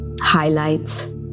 highlights